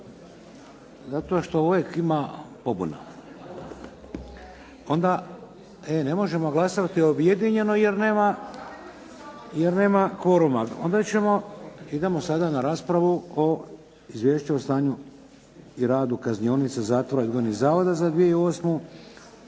Zato što uvijek ima pobuna. Onda, e ne možemo glasovati objedinjeno jer nema kvoruma. Onda ćemo, idemo sada na raspravu o Izvješću o stanju i radu kaznionica, zatvora i odgojnih zavoda za 2008.